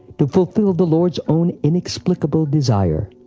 to fulfill the lord's own inexplicable desire.